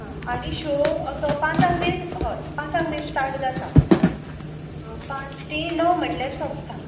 हां आनी शो असो पांचांक बीन हय पांचांक बी स्टार्ट जाता पांच ते णव म्हटल्यार सोंपता